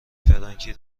فرانکی